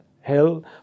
hell